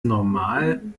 normal